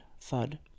thud